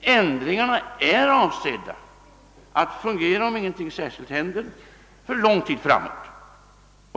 Ändringarna är avsedda att fungera — om ingenting särskilt händer — under lång tid framåt.